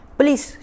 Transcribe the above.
please